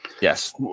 yes